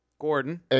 Gordon